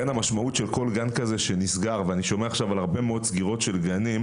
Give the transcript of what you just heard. אני שומע עכשיו על הרבה מאוד סגירות של גנים,